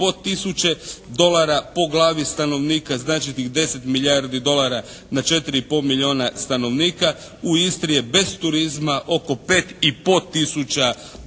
U Istri je bez turizma oko pet i pol tisuća dolara